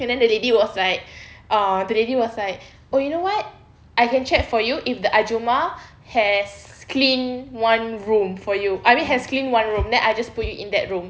and then the lady was like uh the lady was like oh you know what I can check for you if the ahjumma has clean one room for you I mean has clean one room then I just put you in that room